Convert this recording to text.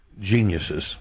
geniuses